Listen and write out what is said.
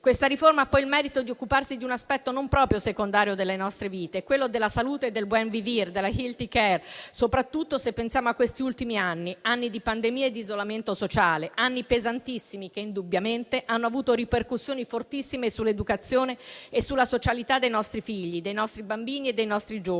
Questa riforma ha poi il merito di occuparsi di un aspetto non proprio secondario delle nostre vite, quello della salute, del *buen vivir*, della *healthy care*, soprattutto se pensiamo a questi ultimi anni: anni di pandemia e di isolamento sociale; anni pesantissimi, che indubbiamente hanno avuto ripercussioni fortissime sull'educazione e sulla socialità dei nostri figli, dei nostri bambini e dei nostri giovani,